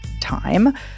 time